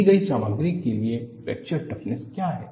दी गई सामग्री के लिए फ्रैक्चर टफनेस क्या है